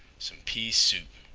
some pea soup,